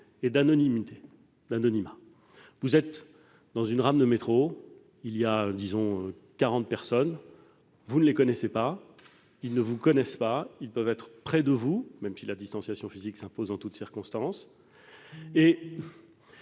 densité et d'anonymat. Vous êtes dans une rame de métro, avec quarante personnes ; vous ne les connaissez pas, elles ne vous connaissent pas, elles peuvent être près de vous, même si la distanciation physique s'impose en toutes circonstances.